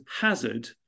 hazard